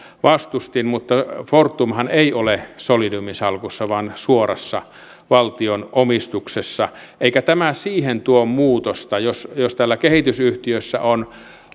vastustin mutta fortumhan ei ole solidiumin salkussa vaan suorassa valtion omistuksessa eikä tämä siihen tuo muutosta jos jos täällä kehitysyhtiössä on